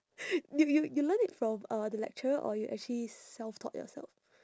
you you you learn it from uh the lecturer or you actually self taught yourself